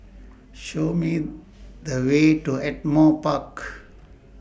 Show Me The Way to Ardmore Park